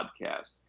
podcast